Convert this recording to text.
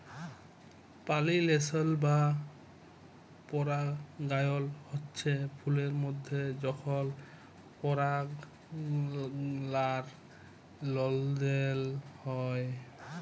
পালিলেশল বা পরাগায়ল হচ্যে ফুলের মধ্যে যখল পরাগলার লেলদেল হয়